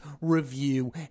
review